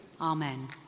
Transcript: Amen